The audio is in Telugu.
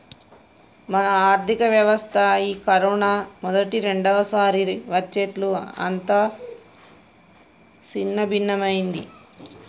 మన ఆర్థిక వ్యవస్థ ఈ కరోనా మొదటి రెండవసారి వచ్చేట్లు అంతా సిన్నభిన్నమైంది